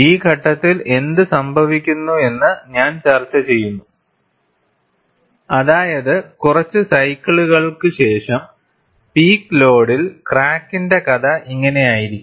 ഈ ഘട്ടത്തിൽ എന്ത് സംഭവിക്കുന്നുവെന്ന് ഞാൻ ചർച്ചചെയ്യുന്നു അതായത് കുറച്ച് സൈക്കിളുകൾക്ക് ശേഷം പീക്ക് ലോഡിൽ ക്രാക്കിന്റെ കഥ ഇങ്ങനെയായിരിക്കും